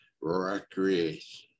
recreation